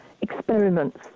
experiments